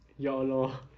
ya allah